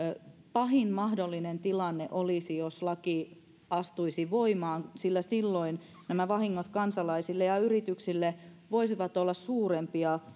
pahin mahdollinen tilanne olisi jos laki astuisi voimaan sillä silloin nämä vahingot kansalaisille ja yrityksille voisivat olla suurempia